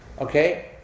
Okay